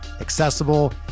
accessible